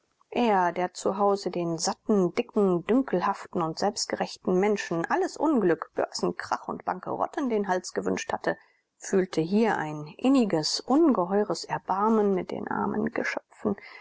er der zu hause den satten dicken dünkelhaften und selbstgerechten menschen alles unglück börsenkrach und bankerott an den hals gewünscht hatte fühlte hier ein inniges ungeheures erbarmen mit den armseligen geschöpfen